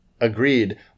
Agreed